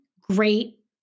great